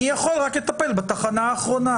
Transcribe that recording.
אני יכול לטפל רק בתחנה האחרונה.